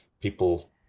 people